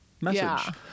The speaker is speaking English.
message